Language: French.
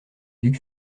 duc